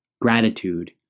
gratitude